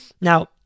Now